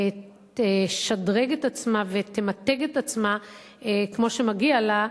שקדימה תשדרג את עצמה ותמתג את עצמה כמו שמגיע לה,